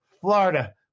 Florida